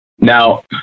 Now